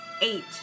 eight